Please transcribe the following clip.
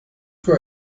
für